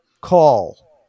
call